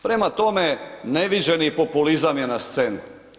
Prema tome, neviđeni populizam je na sceni.